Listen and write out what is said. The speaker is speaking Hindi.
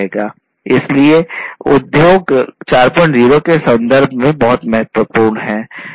इसलिए ये उद्योग 40 के संदर्भ में बहुत महत्वपूर्ण हैं